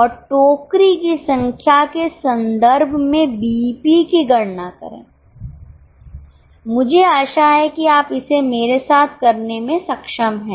और टोकरी की संख्या के संदर्भ में बीईपी की गणना करें मुझे आशा है कि आप इसे मेरे साथ करने में सक्षम हैं